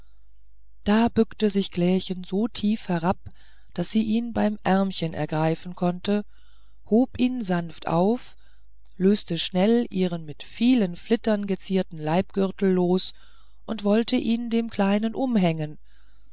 da bückte sich klärchen so tief herab daß sie ihn beim ärmchen ergreifen konnte hob ihn sanft auf löste schnell ihren mit vielen flittern gezierten leibgürtel los und wollte ihn dem kleinen umhängen